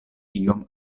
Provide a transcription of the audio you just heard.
iom